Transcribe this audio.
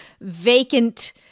vacant